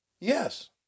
Yes